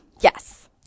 Yes